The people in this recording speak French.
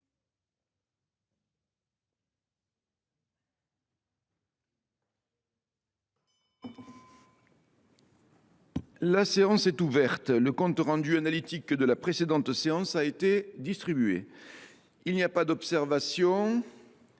La séance est ouverte. Le compte rendu analytique de la précédente séance a été distribué. Il n’y a pas d’observation ?…